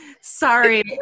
sorry